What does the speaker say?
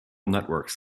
networks